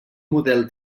model